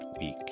week